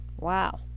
wow